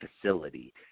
facility